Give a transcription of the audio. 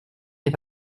est